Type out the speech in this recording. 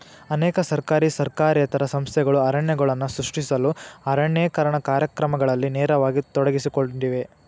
ಅನೇಕ ಸರ್ಕಾರಿ ಸರ್ಕಾರೇತರ ಸಂಸ್ಥೆಗಳು ಅರಣ್ಯಗಳನ್ನು ಸೃಷ್ಟಿಸಲು ಅರಣ್ಯೇಕರಣ ಕಾರ್ಯಕ್ರಮಗಳಲ್ಲಿ ನೇರವಾಗಿ ತೊಡಗಿಸಿಕೊಂಡಿವೆ